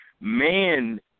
man